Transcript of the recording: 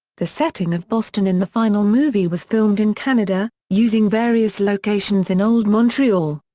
the setting of boston in the final movie was filmed in canada, using various locations in old montreal.